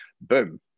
boom